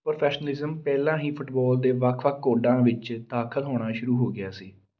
professionalism ਪਹਿਲਾਂ ਹੀ football ਦੇ ਵੱਖ ਵੱਖ ਕੋਡਾਂ ਵਿੱਚ ਦਾਖਲ ਹੋਣਾ ਸ਼ੁਰੂ ਹੋ ਗਿਆ ਸੀ